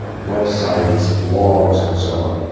ah websites, blogs and so on,